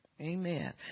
Amen